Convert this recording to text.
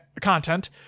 content